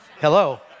Hello